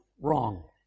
wrong